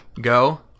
go